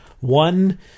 One